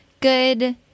good